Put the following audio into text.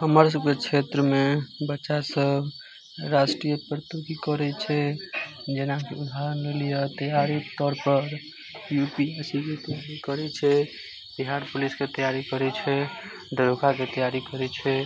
हमर सबके क्षेत्रमे बच्चा सब राष्ट्रीय प्रतियोगी करै छै जेनाकि उदाहरण लिअ तैयारी तौर पर यूपीएसके तैयारी करै छै बिहार पुलिसके तैयारी करै छै डेघा के तैयारी करै छै